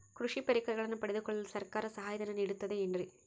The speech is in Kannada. ಕೃಷಿ ಪರಿಕರಗಳನ್ನು ಪಡೆದುಕೊಳ್ಳಲು ಸರ್ಕಾರ ಸಹಾಯಧನ ನೇಡುತ್ತದೆ ಏನ್ರಿ?